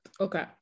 Okay